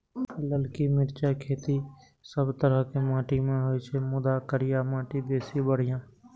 ललकी मिरचाइक खेती सब तरहक माटि मे होइ छै, मुदा करिया माटि बेसी बढ़िया